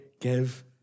give